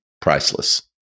priceless